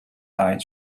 died